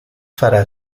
farà